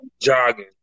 jogging